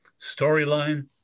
storyline